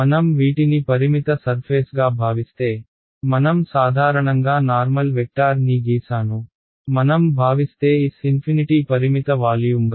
మనం వీటిని పరిమిత సర్ఫేస్గా భావిస్తే మనం సాధారణంగా నార్మల్ వెక్టార్ని గీసాను మనం భావిస్తే S∞ పరిమిత వాల్యూమ్గా